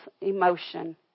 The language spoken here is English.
emotion